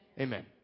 Amen